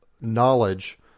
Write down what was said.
knowledge